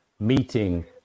meeting